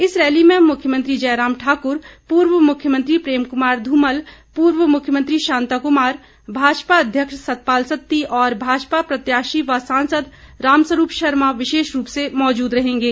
इस रैली में मुख्यमंत्री जयराम ठाकुर पूर्व मुख्यमंत्री प्रेम कुमार धूमल पूर्व मुख्यमंत्री शांता कुमार भाजपा अध्यक्ष सतपाल सत्ती और भाजपा प्रत्याशी व सांसद रामस्वरूप शर्मा विशेष रूप से मौजूद रहेंगे